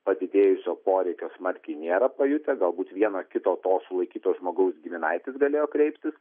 padidėjusio poreikio smarkiai nėra pajutę galbūt vieno kito to sulaikyto žmogaus giminaitis galėjo kreiptis